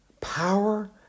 power